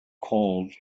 called